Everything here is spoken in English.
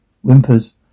Whimpers